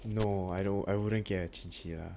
you know I know I wouldn't get chinchilla